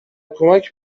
کمک